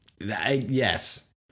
Yes